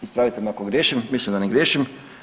Ispravite me ako griješim, mislim da ne griješim.